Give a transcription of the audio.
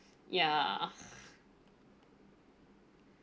ya